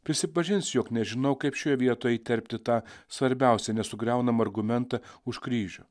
prisipažinsiu jog nežinau kaip šioje vietoje įterpti tą svarbiausią nesugriaunamą argumentą už kryžių